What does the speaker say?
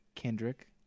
Kendrick